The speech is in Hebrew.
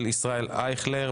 של ישראל אייכלר.